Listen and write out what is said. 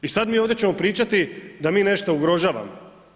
I sad mi ovdje ćemo pričati da mi nešto ugrožavamo.